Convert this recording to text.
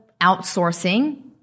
outsourcing